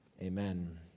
Amen